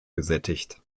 gesättigt